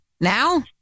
now